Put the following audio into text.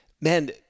man